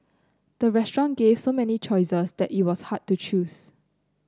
the restaurant gave so many choices that it was hard to choose